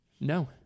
No